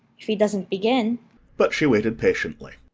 if he doesn't begin but she waited patiently.